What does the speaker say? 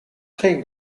tre